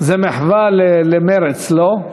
זה מחווה למרצ, לא?